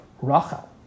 Rachel